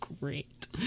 great